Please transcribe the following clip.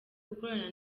gukorana